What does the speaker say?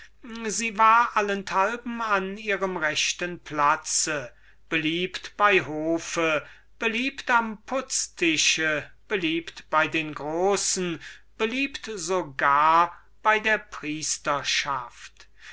sie war allenthalben an ihrem rechten platz beliebt bei hofe beliebt an der toilette beliebt beim spiel tisch beliebt beim adel beliebt bei den finanz pachtern beliebt bei den theater göttinnen beliebt so gar bei der priesterschaft